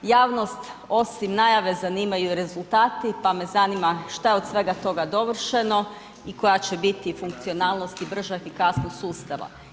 Javnost osim najave zanimaju i rezultati, pa me zanima šta je od svega toga dovršeno i koja će biti funkcionalnost i brža efikasnost sustava.